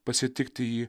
pasitikti jį